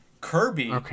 Kirby